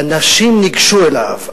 ואנשים ניגשו אליו,